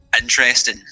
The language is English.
interesting